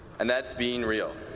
and that's being real.